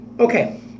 Okay